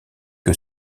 que